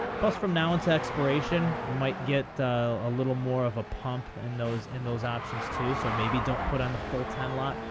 plus, from now until expiration, might get a little more of a pump in those and those options, too, so maybe don't put on the full ten lot.